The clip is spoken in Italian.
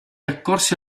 accorse